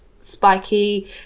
spiky